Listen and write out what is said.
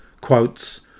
quotes